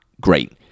great